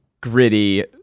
gritty